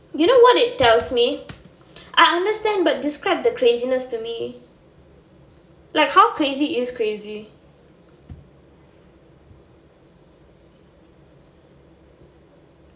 do you know what it tells me I understand but describe the craziness to me like how crazy is crazy